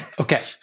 Okay